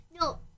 no